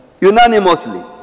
unanimously